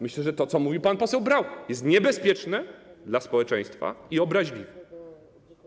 Myślę, że to, co mówił pan poseł Braun, jest niebezpieczne dla społeczeństwa i obraźliwe.